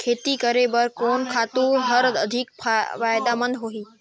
खेती करे बर कोन खातु हर अधिक फायदामंद होही?